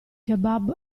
kebab